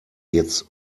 jetzt